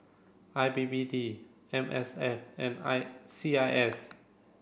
I P P T M S F and I C I S